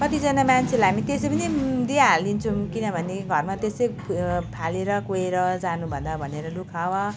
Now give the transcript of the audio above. कतिजना मानिसलाई हामी त्यसै पनि पो दिइहाली दिन्छौँ किनभने घरमा त्यसै फालेर कुहेर जानुभन्दा भनेर लु खाऊ